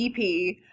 EP